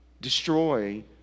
destroy